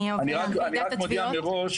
אני רק מודיע מראש,